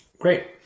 Great